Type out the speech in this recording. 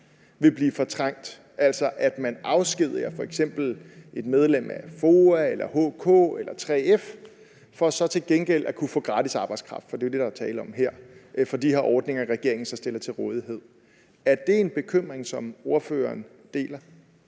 vil blive fortrængt, altså at man afskediger medlemmer af f.eks. FOA, HK eller 3F for så til gengæld at få gratis arbejdskraft – for det er jo det, der er tale om her – via de ordninger, som regeringen så stiller til rådighed. Er det en bekymring, som ordføreren deler?